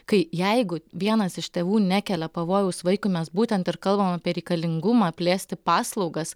kai jeigu vienas iš tėvų nekelia pavojaus vaikui mes būtent ir kalbam apie reikalingumą plėsti paslaugas